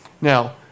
Now